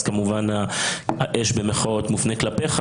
אז כמובן ה"אש" מופנה כלפיך,